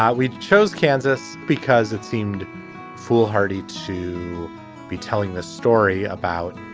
um we chose kansas because it seemed foolhardy to be telling this story about